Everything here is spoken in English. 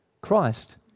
Christ